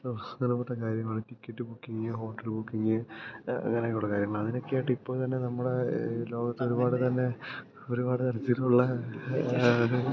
ഒരുകൂട്ടം കാര്യങ്ങൾ ticket booking hotel booking അങ്ങനെയൊക്കെ ഉള്ള കാര്യങ്ങൾ അതിനൊക്കെയായിട്ട് ഇപ്പോൾത്തന്നെ നമ്മുടെ ഈ ലോകത്ത് ഒരുപാട് തന്നെ ഒരുപാട് തരത്തിലുള്ള